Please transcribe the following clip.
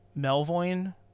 Melvoin